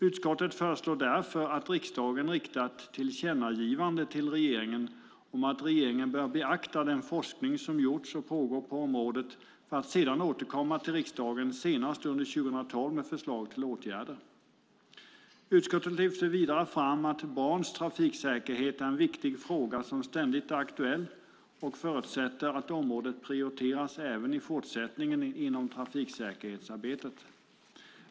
Utskottet föreslår därför att riksdagen riktar ett tillkännagivande till regeringen om att regeringen bör beakta den forskning som gjorts och pågår på området för att sedan återkomma till riksdagen senast under 2012 med förslag till åtgärder. Utskottet lyfter vidare fram att barns trafiksäkerhet är en viktig fråga som ständigt är aktuell och förutsätter att området prioriteras även i fortsättningen inom trafiksäkerhetsarbetet.